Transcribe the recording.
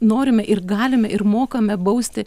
norime ir galime ir mokame bausti